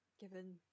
given